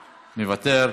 מוותר.